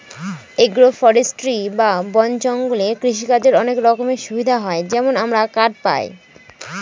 agro forestry বা বন জঙ্গলে কৃষিকাজের অনেক রকমের সুবিধা হয় যেমন আমরা কাঠ পায়